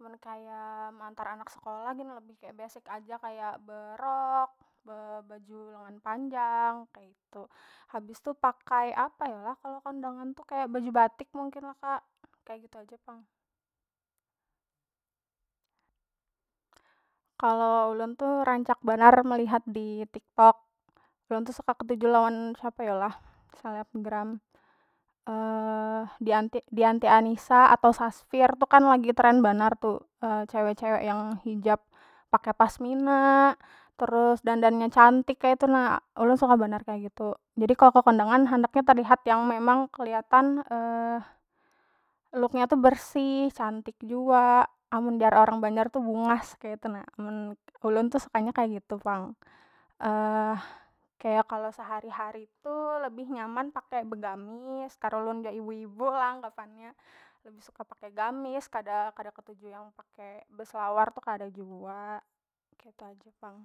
mun kaya meantar anak sekolah gin lebih kek besik aja kaya berok, bebaju lengan panjang kaitu. Habis tu pakai apa yo lah kalo kondangan tu kaya baju batik mungkin lah kak kaya gitu aja pang kalo ulun tuh rancak banar melihat di tiktok ulun tuh suka ketuju lawan siapa yo lah selebgram diante- diante anisa atau sasfir tu kan lagi tren banar tu cewe- cewe yang hijab pakai pasmina terus dandan nya cantik keitu nah ulun suka banar kaya gitu jadi kalo ke kondangan handak yang terlihat yang memang keliatan look nya tu bersih cantik jua amun jar orang banjar tu bungas kaitu na mun ulun tu suka nya kaya gitu pang kaya kalo sehari- hari tuh lebih nyaman pakai begamis karulun jua ibu- ibu lah anggapan nya lebih suka pakai gamis kada- kada ketuju yang pake beselawar tu kada jua ketu aja pang.